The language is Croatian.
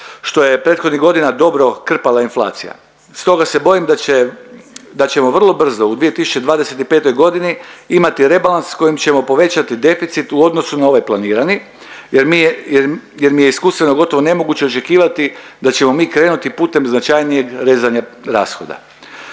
što je prethodnih godina dobro krpala inflacija stoga se bojim da će, da ćemo vrlo brzo u 2025. godini imati rebalans s kojim ćemo povećati deficit u odnosu na ovaj planirani jer mi je, jer mi je iskustveno gotovo nemoguće očekivati da ćemo mi krenuti putem značajnijeg rezanja rashoda.